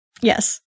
yes